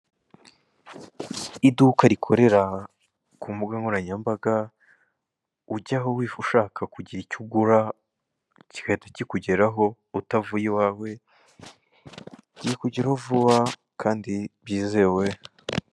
Iduka rikorera ku mbuga nkoranyambaga, ujya aho ushaka kugira icyo ugura kigahita kikugeraho vuba utavuye iwawe, bikugera ho vuba kandi byizewe.